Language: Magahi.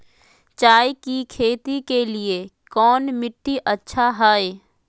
चाय की खेती के लिए कौन मिट्टी अच्छा हाय?